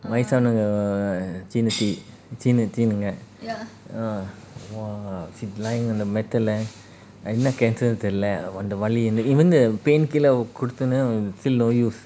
வயசானவங்க:vayasavanga uh !wah! she lying on the மெத்தைல என்ன:methaila enna cancer தெரில அந்த வலி:therila antha vali even the painkiller கொடுத்தேனா:kodutheno still no use